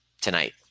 tonight